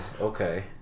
okay